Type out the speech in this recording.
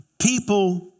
people